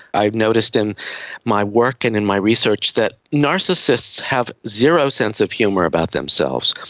i've noticed in my work and in my research that narcissists have zero sense of humour about themselves.